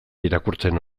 irakurtzen